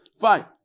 Fine